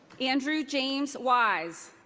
andrew james wise.